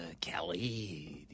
Kelly